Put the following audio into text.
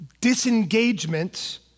disengagement